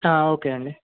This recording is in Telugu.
ఓకే అండి